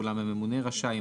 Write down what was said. ואולם הממונה רשאי,